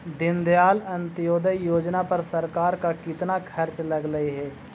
दीनदयाल अंत्योदय योजना पर सरकार का कितना खर्चा लगलई हे